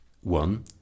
One